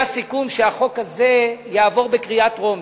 היה סיכום שהחוק הזה יעבור בקריאה טרומית,